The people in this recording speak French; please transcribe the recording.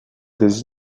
des